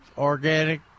organic